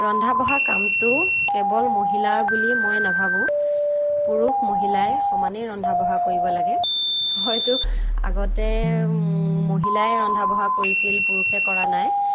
ৰন্ধা বঢ়া কামটো কেৱল মহিলাৰ বুলি মই নেভাবোঁ পুৰুষ মহিলাই সমানেই ৰন্ধা বঢ়া কৰিব লাগে হয়তো আগতে মহিলাই ৰন্ধা বঢ়া কৰিছিল পুৰুষে কৰা নাই